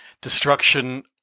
destruction